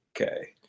Okay